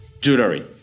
jewelry